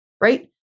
right